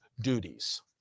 duties